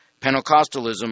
Pentecostalism